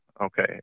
Okay